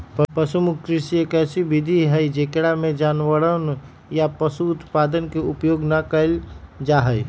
पशु मुक्त कृषि, एक ऐसी विधि हई जेकरा में जानवरवन या पशु उत्पादन के उपयोग ना कइल जाहई